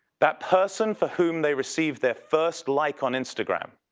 that person for whom they received their first like on instagram